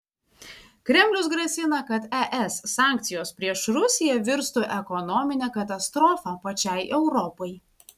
kremlius grasina kad es sankcijos prieš rusiją virstų ekonomine katastrofa pačiai europai